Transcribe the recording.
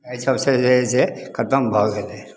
एहि सबसे जे हइ से खतम भऽ गेलै